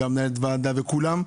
מנהלת הוועדה וכולם,